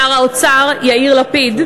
שר האוצר יאיר לפיד,